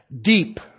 deep